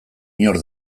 inor